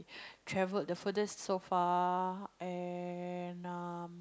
traveled the furthest so far and um